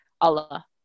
Allah